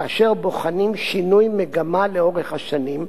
כאשר בוחנים שינוי מגמה לאורך השנים,